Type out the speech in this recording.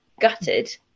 gutted